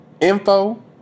info